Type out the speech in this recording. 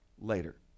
later